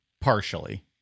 partially